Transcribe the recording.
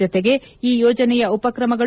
ಜತೆಗೆ ಈ ಯೋಜನೆಯ ಉಪಕ್ರಮಗಳು